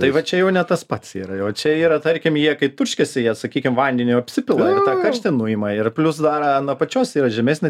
tai va čia jau ne tas pats yra jau čia yra tarkim jie kai turškiasi jie sakykim vandeniu apsipila ir tą karštį nuima ir plius dar nuo apačios yra žemesnė